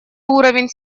уровень